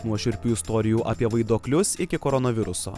nuo šiurpių istorijų apie vaiduoklius iki koronaviruso